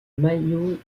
maillot